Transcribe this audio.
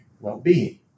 well-being